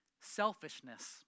Selfishness